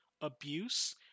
abuse